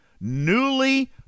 newly